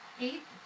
Eight